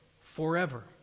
forever